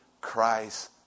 Christ